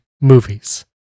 movies